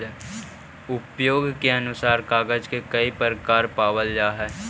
उपयोग के अनुसार कागज के कई प्रकार पावल जा हई